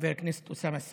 חבר הכנסת אוסאמה סעדי,